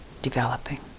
Developing